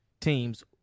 teams